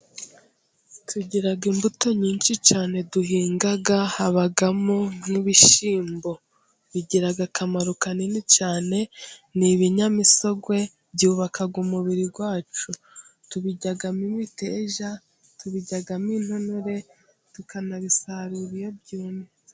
Tugira imbuto nyinshi cyane duhinga habamo nk'ibishyimbo bigira akamaro kanini cyane ni ibinyamisogwe, byubaka umubiri wacu tubiryamo imiteja tubiryamo intonore , tukanabisarura iyo byumye.